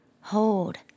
Hold